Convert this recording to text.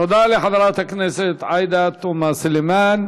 תודה לחברת הכנסת עאידה תומא סלימאן.